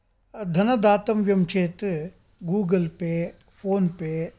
धनदातव्यं चेत् Google Pay phone pay